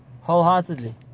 wholeheartedly